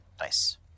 Nice